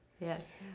Yes